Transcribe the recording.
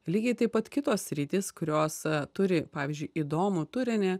lygiai taip pat kitos sritys kurios turi pavyzdžiui įdomų turinį